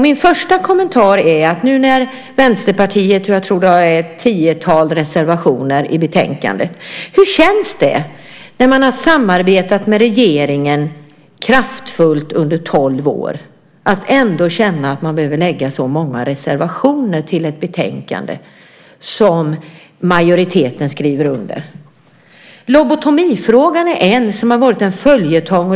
Min första kommentar är, nu när Vänsterpartiet har ett tiotal reservationer i betänkandet: Hur känns det när man har samarbetat med regeringen kraftfullt under tolv år att ändå känna att man behöver lägga så många reservationer till ett betänkande som majoriteten skriver under? Lobotomifrågan är en fråga som har varit en följetong.